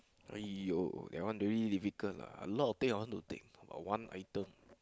!aiyo! that one very difficult lah a lot of thing I want to take but one item